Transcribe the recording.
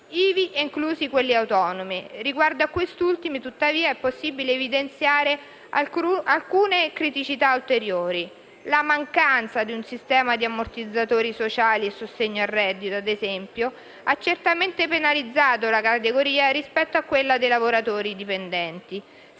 ivi inclusi quelli autonomi: riguardo a questi ultimi, tuttavia, è possibile evidenziare alcune criticità ulteriori: la mancanza di un sistema di ammortizzatori sociali e sostegno al reddito, ad esempio, ha certamente penalizzato la categoria rispetto a quella dei lavoratori dipendenti.